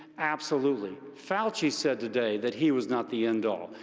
absolutely. fauci said today that he was not the end-all.